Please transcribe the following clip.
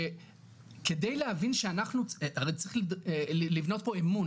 כדי להבין שאנחנו הרי צריך לבנות פה אמון